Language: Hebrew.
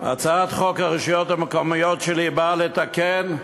הצעת חוק הרשויות המקומיות שלי באה לתקן,